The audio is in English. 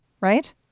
Right